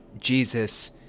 Jesus